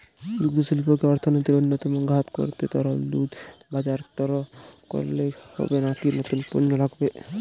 দুগ্ধশিল্পকে অর্থনীতির অন্যতম খাত করতে তরল দুধ বাজারজাত করলেই হবে নাকি নতুন পণ্য লাগবে?